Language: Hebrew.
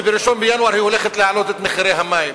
וב-1 בינואר היא הולכת להעלות את מחירי המים.